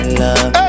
love